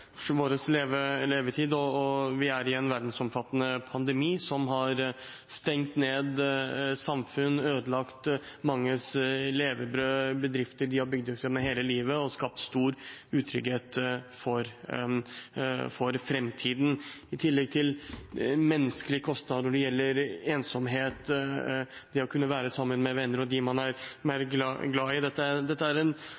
vår levetid. Vi er i en verdensomfattende pandemi som har stengt ned samfunn og ødelagt manges levebrød, bedrifter de har bygd opp gjennom hele livet, og skapt stor utrygghet for framtiden, i tillegg til de menneskelige kostnadene når det gjelder ensomhet, det å kunne være sammen med venner og dem man er